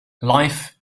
life